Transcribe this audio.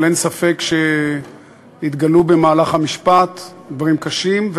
אבל אין ספק שהתגלו במהלך המשפט דברים קשים,